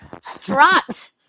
strut